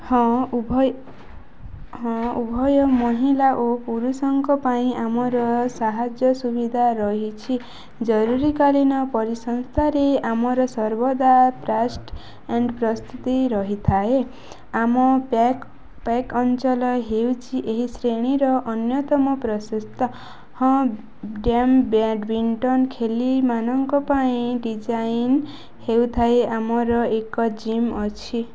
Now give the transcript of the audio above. ହଁ ଉଭୟ ହଁ ଉଭୟ ମହିଳା ଓ ପୁରୁଷଙ୍କ ପାଇଁ ଆମର ସାହାଯ୍ୟ ସୁବିଧା ରହିଛି ଜରୁରୀକାଳୀନ ପରିସଂସ୍ଥାରେ ଆମର ସର୍ବଦା ପ୍ରାଷ୍ଟ ଆଣ୍ଡ୍ ପ୍ରସ୍ତୁତି ରହିଥାଏ ଆମ ପ୍ୟାକ୍ ପ୍ୟାକ୍ ଅଞ୍ଚଲ ହେଉଛି ଏହି ଶ୍ରେଣୀର ଅନ୍ୟତମ ପ୍ରସସ୍ଥ ହଁ ଡ୍ୟାମ୍ ବ୍ୟାଡ୍ମିଣ୍ଟନ୍ ଖେଳାଳିମାନଙ୍କ ପାଇଁ ଡିଜାଇନ୍ ହେଉଥାଏ ଆମର ଏକ ଜିମ୍ ଅଛି